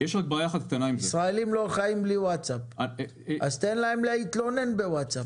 אז תן להם להתלונן בוואטסאפ.